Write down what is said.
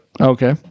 Okay